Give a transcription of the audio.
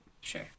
Sure